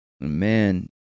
Man